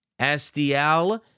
SDL